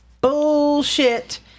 bullshit